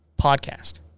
podcast